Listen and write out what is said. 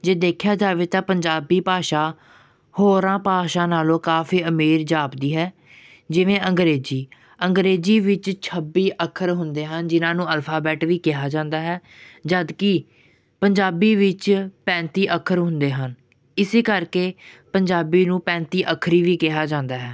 ਜੇ ਦੇਖਿਆ ਜਾਵੇ ਤਾਂ ਪੰਜਾਬੀ ਭਾਸ਼ਾ ਹੋਰਾਂ ਭਾਸ਼ਾ ਨਾਲੋਂ ਕਾਫੀ ਅਮੀਰ ਜਾਪਦੀ ਹੈ ਜਿਵੇਂ ਅੰਗਰੇਜ਼ੀ ਅੰਗਰੇਜ਼ੀ ਵਿੱਚ ਛੱਬੀ ਅੱਖਰ ਹੁੰਦੇ ਹਨ ਜਿਨ੍ਹਾਂ ਨੂੰ ਅਲਫਾਬੈਟ ਵੀ ਕਿਹਾ ਜਾਂਦਾ ਹੈ ਜਦਕਿ ਪੰਜਾਬੀ ਵਿੱਚ ਪੈਂਤੀ ਅੱਖਰ ਹੁੰਦੇ ਹਨ ਇਸ ਕਰਕੇ ਪੰਜਾਬੀ ਨੂੰ ਪੈਂਤੀ ਅੱਖਰੀ ਵੀ ਕਿਹਾ ਜਾਂਦਾ ਹੈ